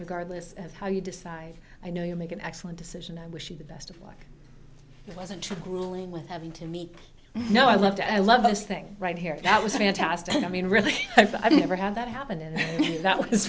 regardless of how you decide i know you make an excellent decision i wish you the best of luck it wasn't too grueling with having to meet no i love to i love this thing right here that was fantastic i mean really i've never had that happen and that was